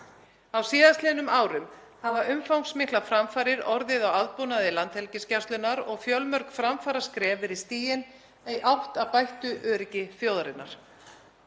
Á síðastliðnum árum hafa umfangsmiklar framfarir orðið á aðbúnaði Landhelgisgæslunnar og fjölmörg framfaraskref verið stigin í átt að bættu öryggi þjóðarinnar.